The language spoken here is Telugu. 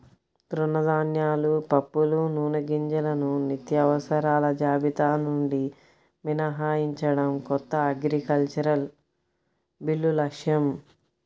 తృణధాన్యాలు, పప్పులు, నూనెగింజలను నిత్యావసరాల జాబితా నుండి మినహాయించడం కొత్త అగ్రికల్చరల్ బిల్లు లక్ష్యం